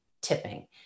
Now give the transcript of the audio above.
tipping